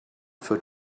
food